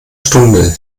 stunde